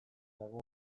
dago